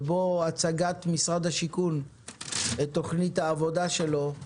ובו הצגת משרד הבינוי והשיכון את תוכנית העבודה שלו,